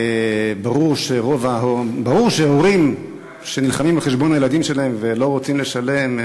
ברור שהורים שנלחמים על חשבון הילדים שלהם ולא רוצים לשלם,